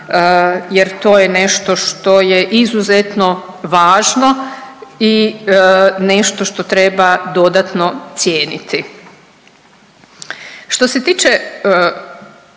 jer to je nešto što je izuzetno važno i nešto što treba dodatno cijeniti. Što se tiče